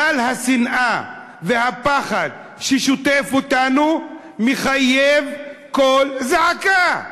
גל השנאה והפחד ששוטף אותנו מחייב קול זעקה,